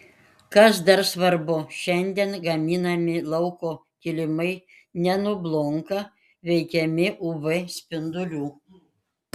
kas dar svarbu šiandien gaminami lauko kilimai nenublunka veikiami uv spindulių